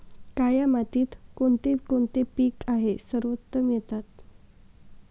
काया मातीत कोणते कोणते पीक आहे सर्वोत्तम येतात?